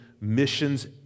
missions